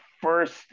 first